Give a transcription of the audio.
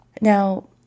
Now